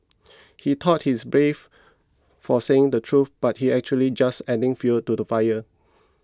he thought he's brave for saying the truth but he's actually just adding fuel to the fire